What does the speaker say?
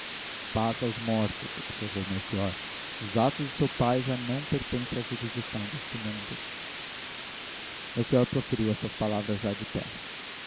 paz aos mortos observou melchior os atos de seu pai já não pertencem à jurisdição deste mundo melchior proferiu estas palavras já de pé